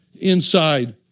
inside